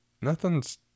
nothing's